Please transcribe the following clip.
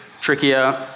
trickier